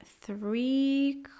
three